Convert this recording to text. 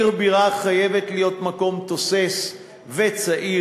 עיר בירה חייבת להיות מקום תוסס וצעיר,